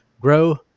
grow